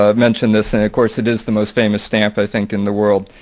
ah mentioned this and of course it is the most famous stamps, i think, in the world.